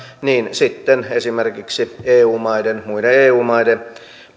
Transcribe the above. niin sitten esimerkiksi muiden eu maiden